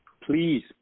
please